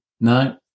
No